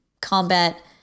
combat